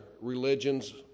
religions